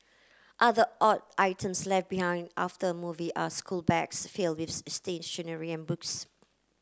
other odd items left behind after a movie are schoolbags filled with stationery and books